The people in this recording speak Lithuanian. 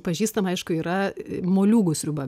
pažįstama aišku yra moliūgų sriuba